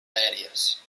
aèries